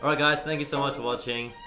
ah guys. thank you so much for watching.